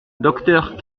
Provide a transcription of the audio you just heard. docteur